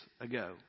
ago